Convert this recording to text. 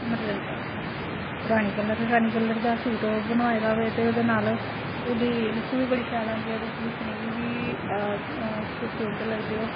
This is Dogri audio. मरजंटा रानी कलर रानी कलर दा सूट बनाए दा होए ते ओह्दा नाल मतलब लुक्क बी बड़ी लैल आंदी ऐ ते तुस दिक्खने गी बी खूबसूरत लगदे ओ